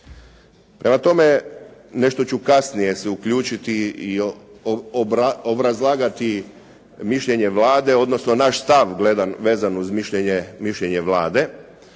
Prema tome, nešto ću kasnije se uključiti i obrazlagati mišljenje Vlade odnosno naš stav vezan uz mišljenje Vlade